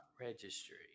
registry